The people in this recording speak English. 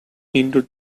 indoor